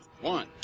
One